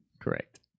Correct